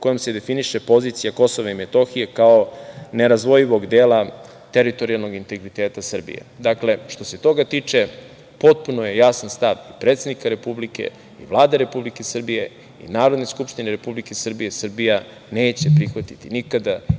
kojom se definiše pozicija KiM, kao nerazdvojivog dela teritorijalnog integriteta Srbije. Dakle, što se toga tiče potpuno je jasan stav predsednika Republike i Vlade Republike Srbije i Narodne skupštine Republike Srbije, Srbija neće prihvatiti nikada